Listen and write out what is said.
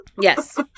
yes